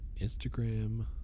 Instagram